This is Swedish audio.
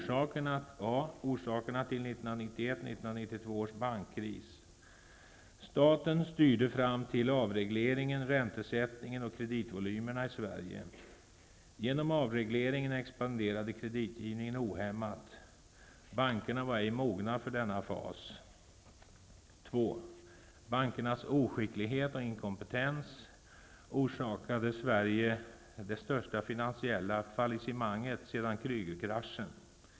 Sverige. Genom avregleringen expanderade kreditgivningen ohämmat. Bankerna var ej mogna för denna fas. tBankernas oskicklighet och inkompetens orsakade Sverige det största finansiella fallissemanget sedan Krügerkraschen.